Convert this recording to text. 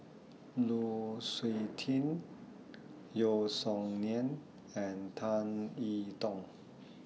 Lu Suitin Yeo Song Nian and Tan I Tong